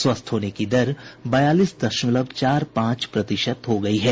स्वस्थ होने की दर बयालीस दशमलव चार पांच प्रतिशत हो गई है